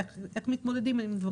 איך מתמודדים עם זה.